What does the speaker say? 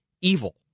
evil